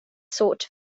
sought